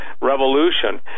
Revolution